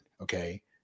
okay